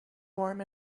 warm